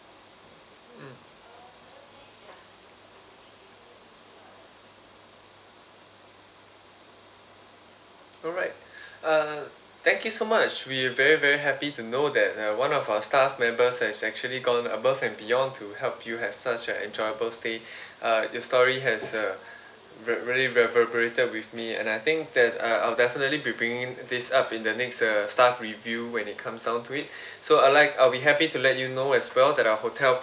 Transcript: mm alright uh thank you so much we're very very happy to know that uh one of our staff members has actually gone above and beyond to help you have such an enjoyable stay uh your story has uh rea~ reverberate with me and I think that uh I'll definitely be bringing this up in the next uh staff review when it comes down to it so I like uh we're happy to let you know as well that our hotel